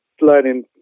learning